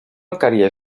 alqueria